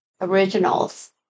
originals